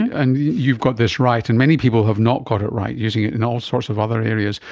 and you've got this right and many people have not got it right using it in all sorts of other areas,